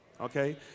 okay